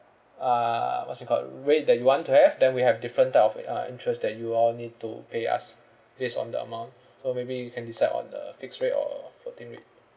uh what's it called rate that you want to have then we have different type of uh uh interest that you all need to pay us based on the amount so maybe you can decide on the fixed rate or floating rate